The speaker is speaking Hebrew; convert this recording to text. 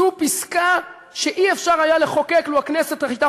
זו פסקה שלא היה אפשר לחוקק לו הכנסת הייתה